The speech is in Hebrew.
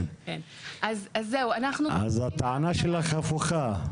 אז הטענה שלך הפוכה,